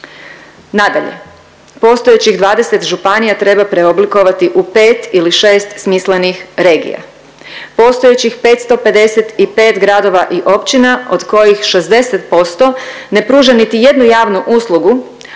Nadalje, postojećih 20 županija treba preoblikovati u 5 ili 6 smislenih regija. Postojećih 555 gradova i općina od kojih 60% ne pruža niti jednu javnu uslugu,